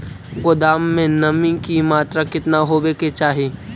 गोदाम मे नमी की मात्रा कितना होबे के चाही?